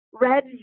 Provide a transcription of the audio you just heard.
red